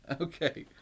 Okay